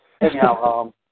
Anyhow